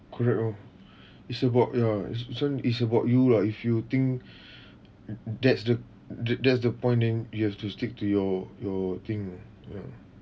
correct oh is about ya this one is about you lah if you think that's the that's the point then you have to stick to your your thing ah ya